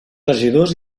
regidors